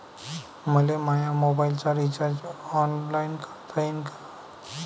मले माया मोबाईलचा रिचार्ज ऑनलाईन करता येईन का?